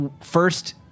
First